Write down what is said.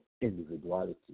individuality